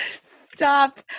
Stop